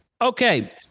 Okay